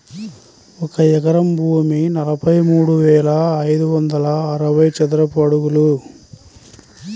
ఒక ఎకరం భూమి నలభై మూడు వేల ఐదు వందల అరవై చదరపు అడుగులు